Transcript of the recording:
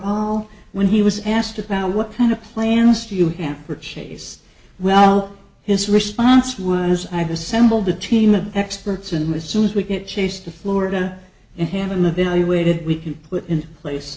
all when he was asked about what kind of plan was to you hamper chase well his response was i've assembled a team of experts and as soon as we get chased to florida and hand in the valuated we can put in place